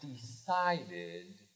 decided